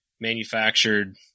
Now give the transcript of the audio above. manufactured